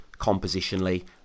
compositionally